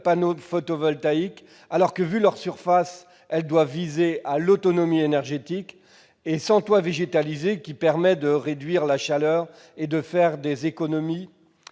panneau photovoltaïque- alors que, compte tenu de leur surface, elles doivent viser l'autonomie énergétique -et sans toiture végétalisée permettant de réduire la chaleur et de faire des économies